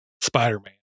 Spider-Man